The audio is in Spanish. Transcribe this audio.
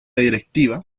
directiva